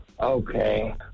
Okay